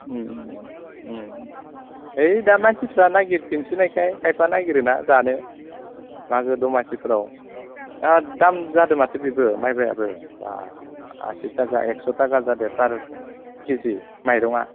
ओइ दा मानसिफ्राय नायगिरफिनसोनायखाय खायफा नायगिरोना जानो मागो दमासिफ्राव दाम जादो माथो बिबो माइब्रायाबो बा आसि थाखा एस' थाखा जादो पार केजि माइरङा